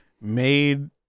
made